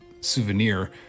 souvenir